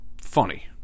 funny